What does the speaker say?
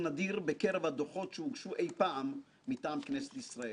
נדיר בקרב הדוחות שהוגשו אי פעם מטעם כנסת ישראל.